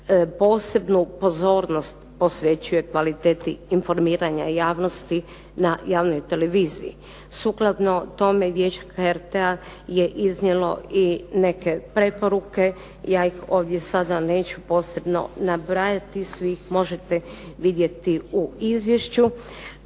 posebnu pozornost posvećuje kvaliteti informiranja javnosti na javnoj televiziji. Sukladno tome Vijeće HRT-a je iznijelo i neke preporuke, ja ih ovdje sada neću posebno nabrajati svi ih možete vidjeti u izvješću.